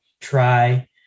try